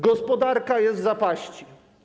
Gospodarka jest w zapaści.